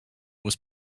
was